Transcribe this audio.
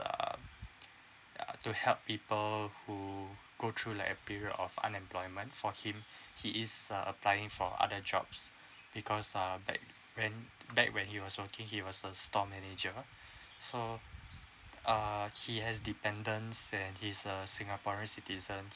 uh to help people who go through like a period of unemployment for him he is a applying for other jobs because err back when back when he was working he was a store manager so uh he has dependence and he's a singaporean citizen